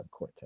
subcortex